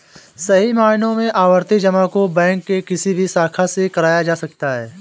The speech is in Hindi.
सही मायनों में आवर्ती जमा को बैंक के किसी भी शाखा से कराया जा सकता है